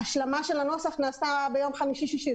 שההשלמה של הנוסח נעשתה ביום חמישי-שישי,